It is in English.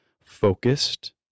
focused